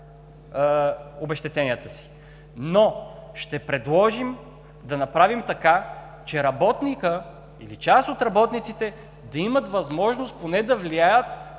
обезщетенията си. Ще предложим да направим така, че работникът или част от работниците да имат възможност поне да влияят